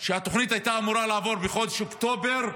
שהתוכנית הייתה אמורה לעבור בחודש אוקטובר,